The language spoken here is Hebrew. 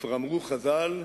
כבר אמרו חז"ל,